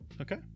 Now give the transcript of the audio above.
Okay